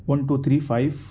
one two three five